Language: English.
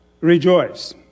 rejoice